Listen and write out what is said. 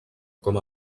com